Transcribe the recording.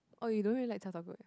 or you don't really like cai-tao-kway